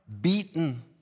beaten